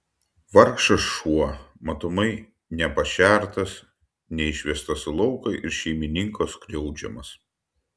vargšas šuo matomai nepašertas neišvestas į lauką ir šeimininko skriaudžiamas